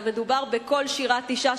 אלא מדובר בקול שירת אשה,